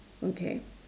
okay